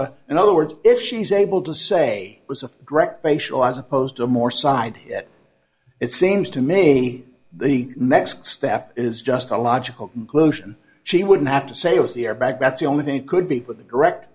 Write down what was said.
a in other words if she's able to say it was a direct racial as opposed to more side it seems to me the next step is just a logical conclusion she wouldn't have to say it was the airbag that's the only thing that could be put the correct